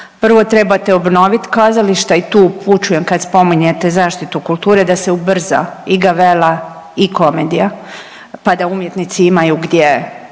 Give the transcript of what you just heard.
prvo trebate obnovit kazališta i tu upućujem kad spominjete zaštitu kulture da se ubrza i „Gavella“ i „Komedija“, pa da umjetnici imaju gdje